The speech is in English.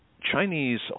Chinese